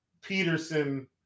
Peterson